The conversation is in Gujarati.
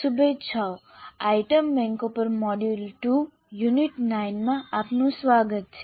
શુભેચ્છાઓ આઇટમ બેંકો પર મોડ્યુલ 2 યુનિટ 9 માં આપનું સ્વાગત છે